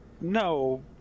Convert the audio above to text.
No